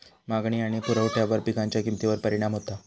मागणी आणि पुरवठ्यावर पिकांच्या किमतीवर परिणाम होता